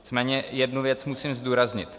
Nicméně jednu věc musím zdůraznit.